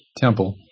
temple